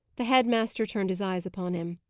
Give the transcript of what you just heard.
the head-master turned his eyes upon him.